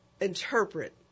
interpret